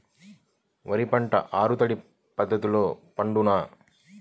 వరి పంట ఆరు తడి పద్ధతిలో పండునా?